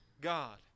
God